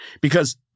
Because-